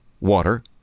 water